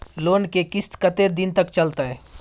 Loan के किस्त कत्ते दिन तक चलते?